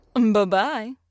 Bye-bye